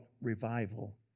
revival